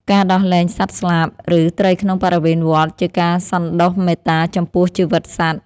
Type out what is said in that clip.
ការដោះលែងសត្វស្លាប ឬត្រីក្នុងបរិវេណវត្ត ជាការសន្តោសមេត្តាចំពោះជីវិតសត្វ។